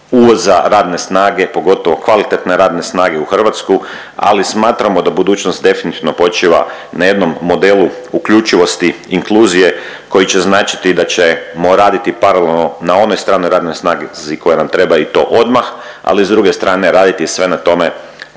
uvoza radne snage, pogotovo kvalitetne radne snage u Hrvatsku, ali smatramo da budućnost definitivno počiva na jednom modelu uključivosti inkluzije koji će značiti da ćemo raditi paralelno na onoj stranoj radnoj snazi koja nam treba i to odmah, ali s druge strane raditi sve na tome